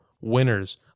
winners